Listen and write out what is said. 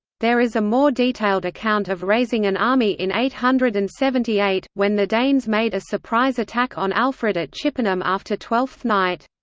there is a more detailed account of raising an army in eight hundred and seventy eight, when the danes made a surprise attack on alfred at chippenham after twelfth night.